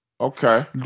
Okay